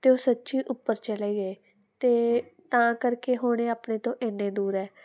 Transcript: ਅਤੇ ਉਹ ਸੱਚੀ ਉੱਪਰ ਚਲੇ ਗਏ ਅਤੇ ਤਾਂ ਕਰਕੇ ਹੁਣ ਇਹ ਆਪਣੇ ਤੋਂ ਇੰਨੇ ਦੂਰ ਹੈ